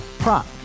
Prop